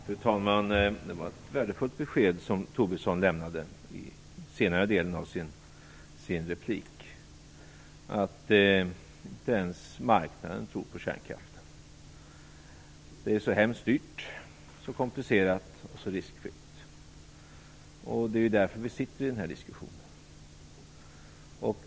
Fru talman! Det var ett väldigt tufft besked som Tobisson lämnade i senare delen av sin replik, att inte ens marknaden tror på kärnkraften. Det är så hemskt dyrt, komplicerat och riskfyllt. Det är därför vi har den här diskussionen.